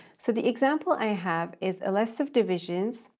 so, the example i have is list of divisions,